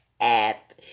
app